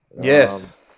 Yes